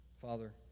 Father